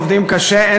ועובדים קשה.